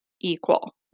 equal